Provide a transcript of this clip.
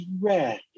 red